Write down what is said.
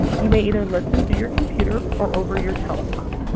you may either listen through your computer or over your telephone.